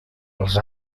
els